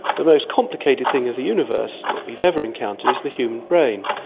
the most complicated thing in the universe that we've never encountered is the human brain,